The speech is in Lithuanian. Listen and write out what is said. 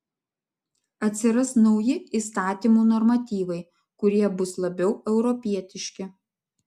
atsiras nauji įstatymų normatyvai kurie bus labiau europietiški